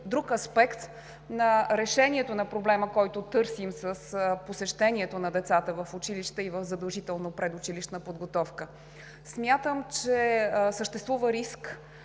друг аспект на решението на проблема, който търсим с посещението на децата в училище и в задължителна предучилищна подготовка. Смятам, че съществува риск